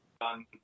done